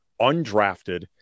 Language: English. undrafted